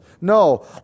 No